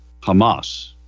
Hamas